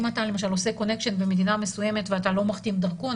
אם אתה למשל עושה קונקשן במדינה מסוימת ואתה לא מחתים דרכון,